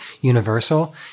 universal